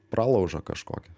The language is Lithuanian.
pralaužą kažkokią